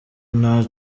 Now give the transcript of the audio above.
nta